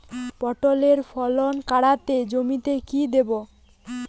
পটলের ফলন কাড়াতে জমিতে কি দেবো?